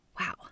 Wow